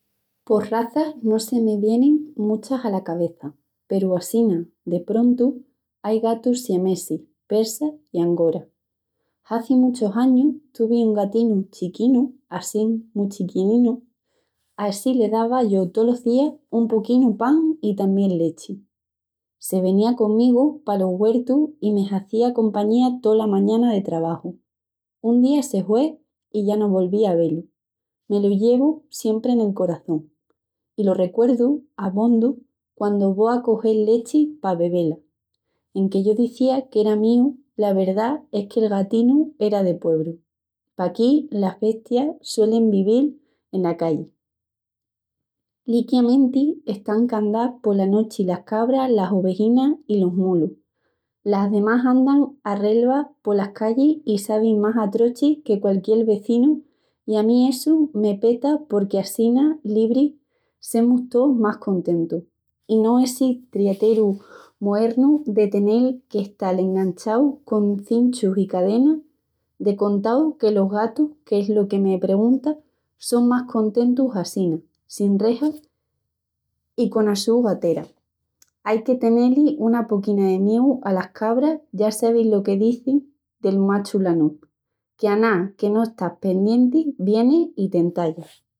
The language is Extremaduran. Pos razas no se me vienin muchas ala cabeça, peru assina de prontu ai gatus siamesis, persas i angoras. Ai muchus añus, tuvi un gatinu chiquinu, assín mu chiqueninu. A essi le dava yo tolos días un poquinu pan i tamién lechi. Se venía comigu palos güertus i me hazía compaña tola mañana de trebaju. Un día se hue i ya no volví a ve-lu. Me lo llevu siempri nel coraçón i lo recuerdu abondu quandu vo a cogel lechi pa bebé-la. Enque yo dizía que era míu, la verdá es que'l gatinu era del puebru. Paquí las bestias suelin de vivil ena calli. Liquiamenti están candás pola nochi las cabras, las ovejinas i los mulus. Las demás andan a relva polas callis i sabin más atrochis que qualquiel vezinu i a mi essu me peta porque assina, libris, semus tous más contentus, i no essi tiraeru moernu de tenel que estal enganchaus, con cinchus i cadenas. De contau que los gatus, que es lo que me preguntas, son más contentus assina, sin rejas i cona su gatera. Ai que tené-lis una poquina de mieu alas cabras, ya sabin lo que se dizi del Machu Lanúu, que a ná que no estás pendienti vieni i t'entalla.